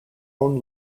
own